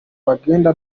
bagenda